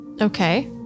Okay